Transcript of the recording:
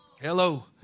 Hello